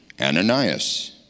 Ananias